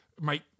make